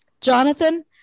Jonathan